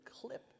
clip